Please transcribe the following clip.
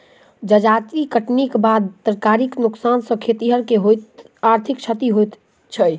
जजाति कटनीक बाद तरकारीक नोकसान सॅ खेतिहर के आर्थिक क्षति होइत छै